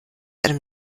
einem